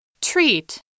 Treat